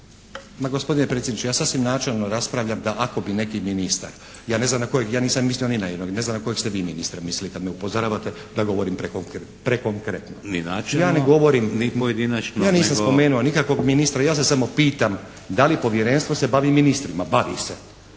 Ma gospodine predsjedniče, ja sasvim načelno raspravljam da ako bi neki ministar, ja ne znam na kojeg, ja nisam mislio ni na jednog i ne znam na kojeg ste vi ministra mislili kad me upozoravate da govorim prekonkretno. **Šeks, Vladimir (HDZ)** Ni načelno ni pojedinačno nego… **Stazić, Nenad (SDP)** Ja ne govorim, ja nisam spomenuo nikakvog ministra, ja se samo pitam da li Povjerenstvo se bavi ministrima. Bavi se.